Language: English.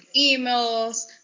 emails